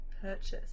purchase